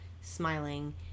smiling